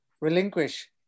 relinquish